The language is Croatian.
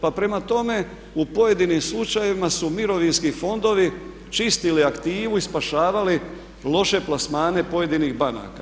Pa prema tome, u pojedinim slučajevima su mirovinski fondovi čistili aktivu i spašavali loše plasmane pojedinih banaka.